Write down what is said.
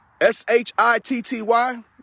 S-H-I-T-T-Y